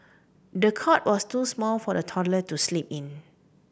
the cot was too small for the toddler to sleep in